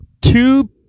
two